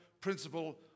principle